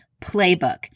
Playbook